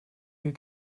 you